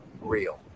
real